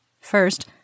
First